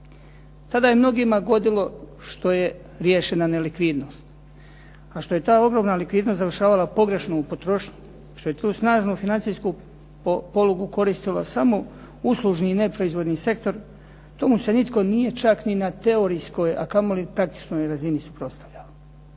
Tada je mnogima godilo što je riješena nelikvidnost. A što je ta ogromna likvidnost završavala pogrešno u potrošnji, što je tu snažnu financijsku polugu koristio samo uslužni i neproizvodni sektor tomu se nitko nije čak ni na teorijskoj a kamoli praktičnoj razini suprotstavljao.